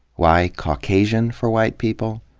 why caucasian for white people?